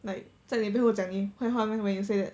like 在你背后讲你坏话 meh when you say that